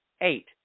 eight